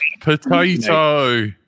Potato